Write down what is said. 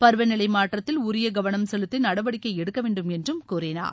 பருவ நிலை மாற்றத்தில் உரிய கவனம் செலுத்தி நடவடிக்கை எடுக்க வேண்டும் என்று கூறினார்